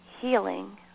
healing